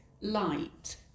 light